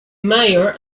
mayor